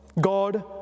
God